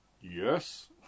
Yes